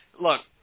look